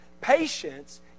Patience